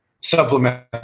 supplement